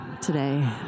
today